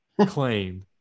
claim